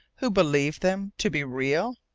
who believed them to be real?